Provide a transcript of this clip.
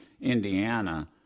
Indiana